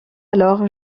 alors